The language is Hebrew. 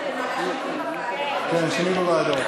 זה על שינויים בוועדות.